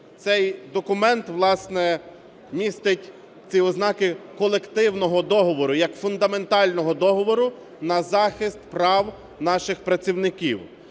Цей документ, власне, містить ці ознаки колективного договору як фундаментального договору на захист прав наших працівників.